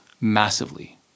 massively